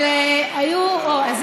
אבל אלה הבחירות.